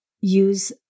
use